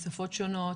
בשפות שונות,